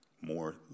more